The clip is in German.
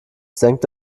senkt